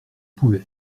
pouvais